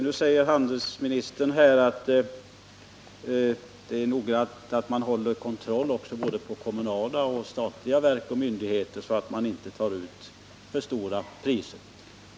Nu säger handelsministern att det är noga med att man kontrollerar också kommunala och statliga myndigheter och ser till att de inte tar ut för höga priser.